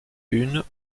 une